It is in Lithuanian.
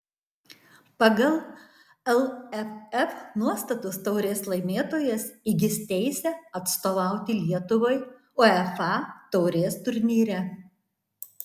pagal lff nuostatus taurės laimėtojas įgis teisę atstovauti lietuvai uefa taurės turnyre